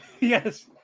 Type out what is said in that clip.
Yes